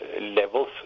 levels